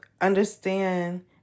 understand